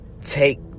take